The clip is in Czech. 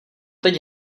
teď